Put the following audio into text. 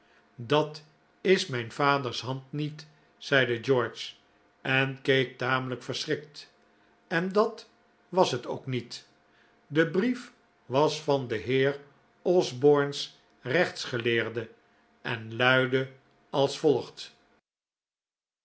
dat is mijn vaders hand niet zeide george en keek tamelijk verschrikt en dat was het ook niet de brief was van den heer osborne's rechtsgeleerde en luidde als volgt